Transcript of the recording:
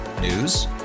News